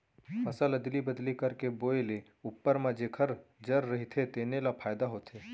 फसल अदली बदली करके बोए ले उप्पर म जेखर जर रहिथे तेनो ल फायदा होथे